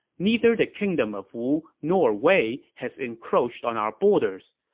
neither the kingdom of wu nor wei has encroached on our borders.